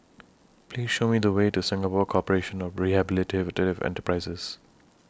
Please Show Me The Way to Singapore Corporation of Rehabilitative Enterprises